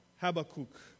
Habakkuk